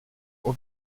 will